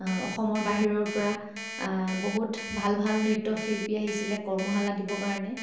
অসমৰ বাহিৰৰ পৰা বহুত ভাল ভাল নৃত্যশিল্পী আহিছিলে কৰ্মশালা দিবৰ কাৰণে